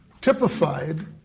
Typified